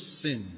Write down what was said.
sin